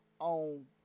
on